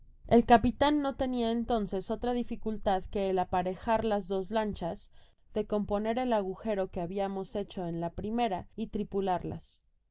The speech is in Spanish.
el capitan no tenia entonces otra dificultad que el apa rejar las dos lanchas de componer el agugero que habiamos hecho en la primera y tripularlas